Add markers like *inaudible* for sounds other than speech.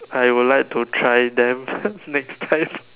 I will like to try them *laughs* next time *laughs*